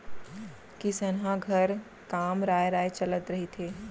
किसनहा घर काम राँय राँय चलत रहिथे